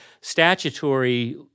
statutory